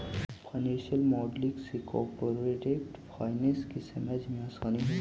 financial modelling से corporate finance के समझे मेंअसानी होवऽ हई